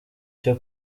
cyo